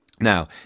Now